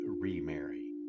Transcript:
remarry